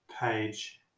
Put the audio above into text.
page